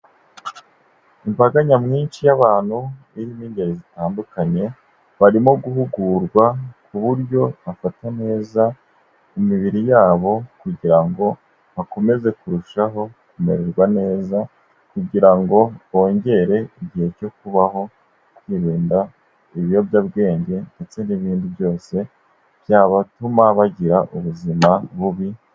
Imbaga nyamwinshi y'abantu irimo ingeri zitandukanye, barimo guhugurwa ku buryo afata neza imibiri yabo kugira ngo bakomeze kurushaho kumererwa neza kugira ngo bongere igihe cyo kubaho, birinda ibiyobyabwenge ndetse n'ibindi byose byatuma bagira ubuzima bubi.